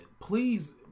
Please